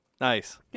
Nice